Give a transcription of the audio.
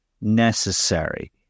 necessary